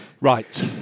Right